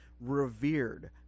revered